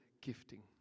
gifting